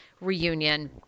reunion